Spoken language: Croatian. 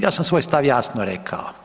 Ja sam svoj stav jasno rekao.